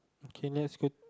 K next question